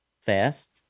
fast